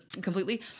completely